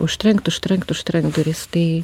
užtrenkt užtrenkt užtrenkt duris tai